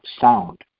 sound